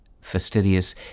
Fastidious